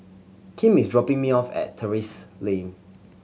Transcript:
Kim is dropping me off at Terrasse Lane